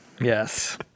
Yes